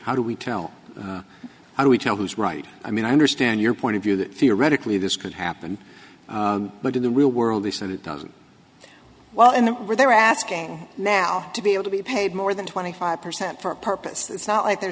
how do we tell how do we tell who's right i mean i understand your point of view that theoretically this could happen but in the real world they said it doesn't well in the they're asking now to be able to be paid more than twenty five percent for a purpose it's not like they're